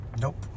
Nope